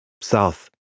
south